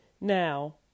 Now